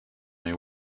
they